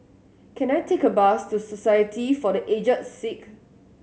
can I take a bus to Society for The Aged Sick